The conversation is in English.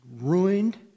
ruined